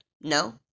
No